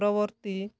ପରବର୍ତ୍ତୀ